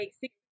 six